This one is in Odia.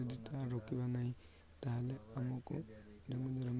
ଯଦି ତା ରୋକିବା ନାହିଁ ତାହେଲେ ଆମକୁ ଡେଙ୍ଗୁ ଜ୍ୱର